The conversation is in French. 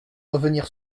revenir